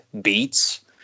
beats